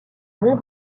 bon